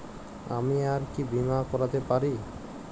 আমি আর কি বীমা করাতে পারি?